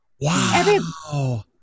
Wow